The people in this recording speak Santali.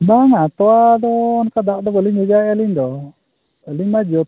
ᱵᱟᱝᱟ ᱛᱳᱣᱟ ᱫᱚ ᱚᱱᱠᱟ ᱫᱟᱜ ᱫᱚ ᱵᱟᱹᱞᱤᱧ ᱵᱷᱮᱡᱟᱭᱟ ᱟᱹᱞᱤᱧ ᱫᱚ ᱟᱹᱞᱤᱧ ᱢᱟ ᱡᱚᱛᱚ